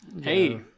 Hey